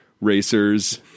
racers